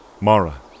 Mara